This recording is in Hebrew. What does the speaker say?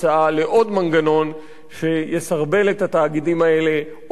מנגנון שיסרבל את התאגידים האלה עוד יותר,